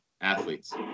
athletes